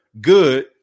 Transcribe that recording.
good